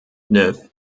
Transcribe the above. neuf